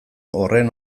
horren